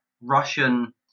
Russian